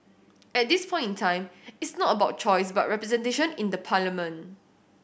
at this point in time it's not about choice but representation in the parliament